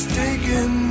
taken